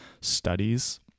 studies